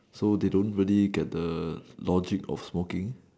so they don't really get the logic of working